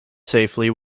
safely